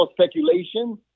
speculation